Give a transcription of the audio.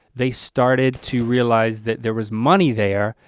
they started to realize that there was money there.